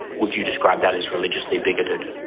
would you describe that as religiously bigoted?